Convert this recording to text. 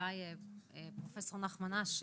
אולי פרופסור נחמן אש?